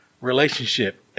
relationship